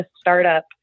startup